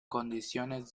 condiciones